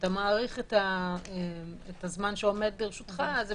כשאתה מאריך את הזמן שעומד לרשותך זו